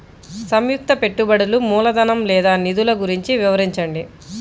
సంయుక్త పెట్టుబడులు మూలధనం లేదా నిధులు గురించి వివరించండి?